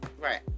Right